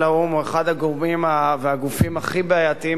והגופים הכי בעייתיים בזירה הבין-לאומית.